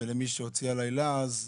למי שהוציא עלי לעז,